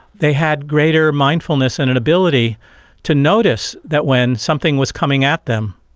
they had greater mindfulness and an ability to notice that when something was coming at them,